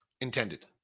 intended